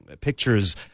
pictures